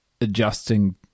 adjusting